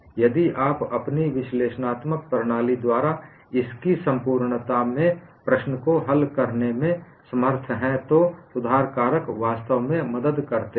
यदि आप अपनी विश्लेषणात्मक कार्यप्रणाली द्वारा इसकी संपूर्णता में प्रश्न को हल करने में असमर्थ हैं तो सुधार कारक वास्तव में मदद करते हैं